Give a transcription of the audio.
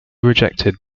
rejected